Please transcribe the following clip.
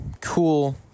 cool